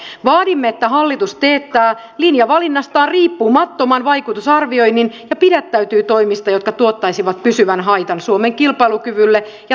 vaadimme että hallitus teettää linjavalinnastaan riippumattoman vaikutusarvioinnin ja pidättäytyy toimista jotka tuottaisivat pysyvän haitan suomen kilpailukyvylle ja talouskasvulle